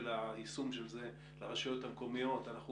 היישום של זה לרשויות המקומיות הוא הכרחי.